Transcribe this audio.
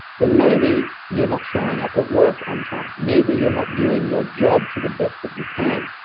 then maybe you're not showing up at work on time. maybe you're not doing your job to the best that you can.